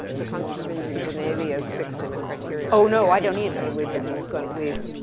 the concept of ingen, geneity is fixed in a criteria. oh no, i don't either. and we just, it's gonna, we've,